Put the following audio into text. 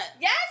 Yes